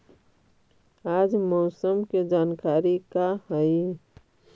आज मौसम के जानकारी का हई?